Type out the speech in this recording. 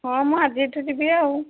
ହଁ ମୁଁ ଆଜିଠୁ ଯିବି ଆଉ